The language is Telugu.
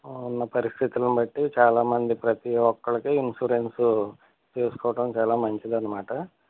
ఉన్న పరిస్థితులను బట్టి చాలామంది ప్రతి ఒక్కళ్ళకి ఇన్సూరెన్స్ చేసుకోవటం చాలా మంచిదన్నమాట